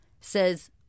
says